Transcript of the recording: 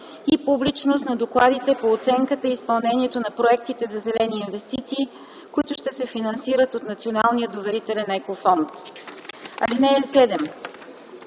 и публичност на докладите по оценката и изпълнението на проектите за зелени инвестиции, които ще се финансират от Националния доверителен екофонд. (7)